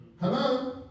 Hello